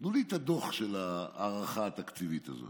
תנו לי את הדוח של ההערכה התקציבית הזאת.